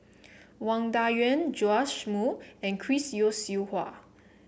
Wang Dayuan Joash Moo and Chris Yeo Siew Hua